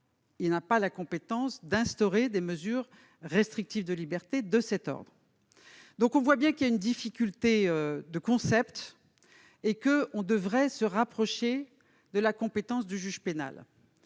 n'a pas la compétence d'instaurer des mesures restrictives de liberté de cet ordre. Nous voyons donc bien qu'il y a là une difficulté conceptuelle. Il faudrait se rapprocher de la compétence du juge pénal.